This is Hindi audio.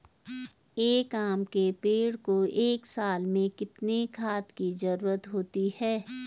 एक आम के पेड़ को एक साल में कितने खाद की जरूरत होती है?